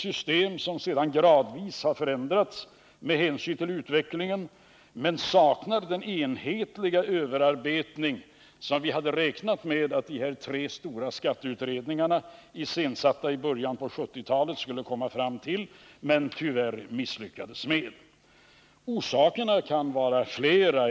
Systemet har sedan gradvis förändrats med hänsyn till utvecklingen, men det saknar den enhetliga överarbetning som vi hade räknat med att de tre stora skatteutredningarna, iscensatta i början på 1970-talet, skulle komma fram till men som de tyvärr misslyckades med. Orsakerna kan vara flera.